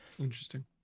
Interesting